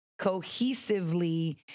cohesively